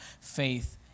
faith